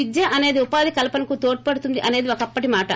విద్య అసేది ఉపాధి కల్సనకు తోడ్చడుతుంది అసేది ఒకప్పటి మాట